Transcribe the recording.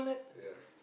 yeah